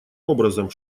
образом